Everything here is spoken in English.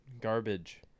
garbage